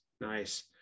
nice